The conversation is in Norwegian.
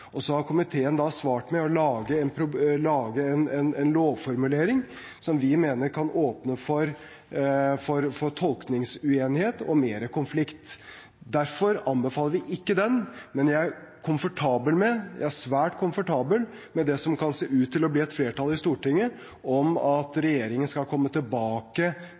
om. Så har komiteen svart med å lage en lovformulering som vi mener kan åpne for tolkningsuenighet og mer konflikt. Derfor anbefaler vi ikke den, men jeg er svært komfortabel med det som det kan se ut til å bli et flertall for i Stortinget, om at regjeringen skal komme tilbake